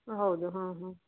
ಹಾಂ ಹೌದು ಹಾಂ ಹಾಂ